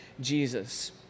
Jesus